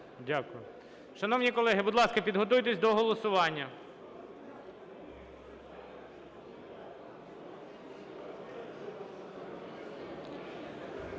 Дякую. Шановні колеги, будь ласка, підготуйтесь до голосування.